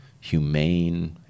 humane